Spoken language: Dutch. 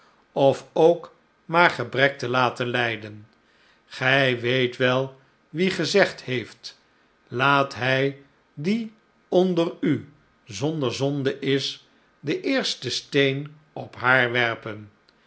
of ook maar gebrek te laten lijden gij weet wel wie gezegd heeft laat hij die onder u zonder zonde is den eersten steen op haar werpen